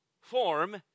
form